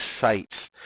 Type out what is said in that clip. sites